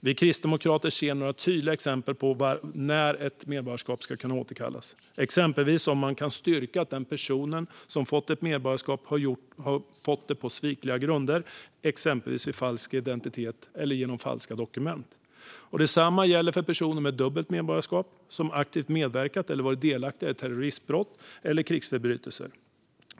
Vi kristdemokrater ser några tydliga exempel på när ett medborgarskap ska kunna återkallas; exempelvis om det går att styrka att den person som fått ett medborgarskap har fått det på svikliga grunder. Det kan handla om att man uppgett falsk identitet eller lämnat falska dokument. Detsamma gäller för personer med dubbelt medborgarskap som aktivt medverkat eller varit delaktiga i terroristbrott eller krigsförbrytelser.